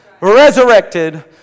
resurrected